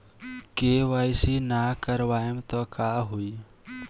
KYC ना करवाएम तब का होई?